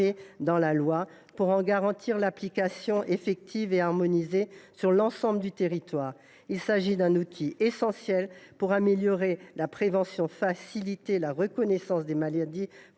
de la loi pour en garantir l’application effective et harmonisée sur l’ensemble du territoire. Il s’agit d’un outil essentiel pour améliorer la prévention, faciliter la reconnaissance des maladies